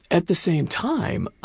at the same time,